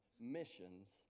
missions